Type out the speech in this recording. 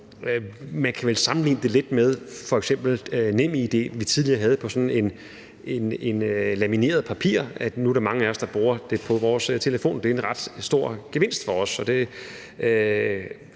Man kan vel sammenligne det lidt med f.eks. NemID, vi tidligere havde på sådan et stykke lamineret papir, og nu bruger mange af os det på vores telefon, og det er en ret stor gevinst for os.